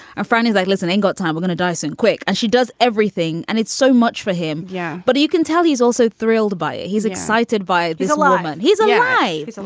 a friend is like listening. got time going to dyson quick and she does everything and it's so much for him. yeah, but you can tell he's also thrilled by it. he's excited by islamand he's a guy. yeah. i you so